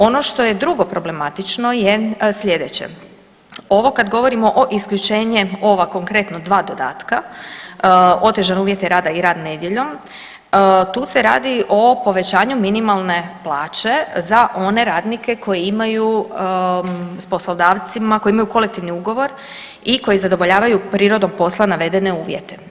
Ono što je drugo problematično je sljedeće: Ovo kad govorimo o isključenje ova konkretno dva dodatka otežani uvjeti rada i rad nedjeljom tu se radi o povećanju minimalne plaće za one radnike koji imaju sa poslodavcima, koji imaju kolektivni ugovor i koji zadovoljavaju prirodom posla navedene uvjete.